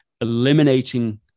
eliminating